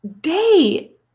Day